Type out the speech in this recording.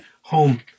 home